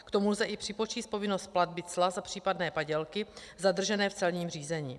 K tomu lze i připočíst povinnost platby cla za případné padělky zadržené v celním řízení.